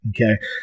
Okay